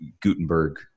Gutenberg